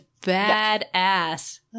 badass